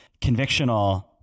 Convictional